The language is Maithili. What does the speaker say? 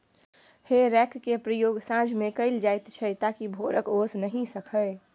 हे रैक केर प्रयोग साँझ मे कएल जाइत छै ताकि भोरक ओस नहि खसय